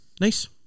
Nice